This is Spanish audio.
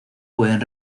pueden